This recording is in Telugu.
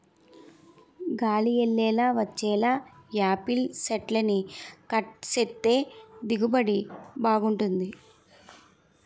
గాలి యెల్లేలా వచ్చేలా యాపిల్ సెట్లని కట్ సేత్తే దిగుబడి బాగుంటది